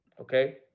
Okay